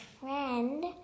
friend